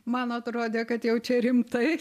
man atrodė kad jau čia rimtai